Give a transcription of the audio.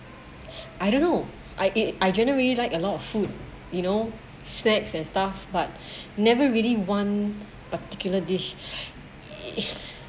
I don't know I I generally like a lot of food you know snacks and stuff but never really one particular dish okay so